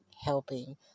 helping